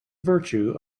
virtue